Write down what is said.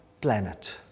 planet